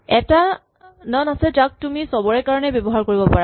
এটাই নন আছে যাক তুমি চবৰে কাৰণে ব্যৱহাৰ কৰিব পাৰা